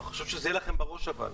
חשוב שזה יהיה לכם בראש אבל,